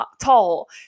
tall